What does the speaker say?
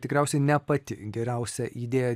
tikriausiai ne pati geriausia idėja